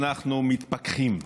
אנחנו רוצים למגר אלימות בכל מקום,